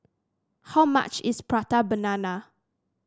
how much is Prata Banana